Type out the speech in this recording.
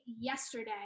yesterday